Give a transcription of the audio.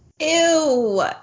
Ew